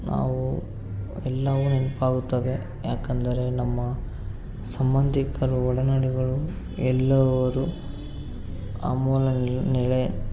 ನಾವು ಎಲ್ಲವೂ ನೆನಪಾಗುತ್ತವೆ ಯಾಕೆಂದರೆ ನಮ್ಮ ಸಂಬಂಧಿಕರು ಒಡನಾಡಿಗಳು ಎಲ್ಲರೂ ಆ ಮೂಲ ನೆ ನೆಲೆ